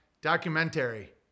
documentary